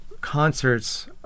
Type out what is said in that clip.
concerts